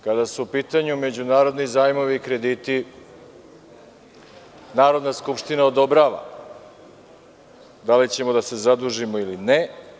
Kada su u pitanju međunarodni zajmovi i krediti, Narodna skupština odobrava da li ćemo da se zadužimo ili ne.